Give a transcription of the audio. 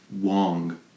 Wong